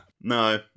No